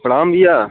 प्रणाम भैया